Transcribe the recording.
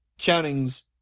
Chowning's